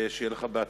ושיהיה לך בהצלחה.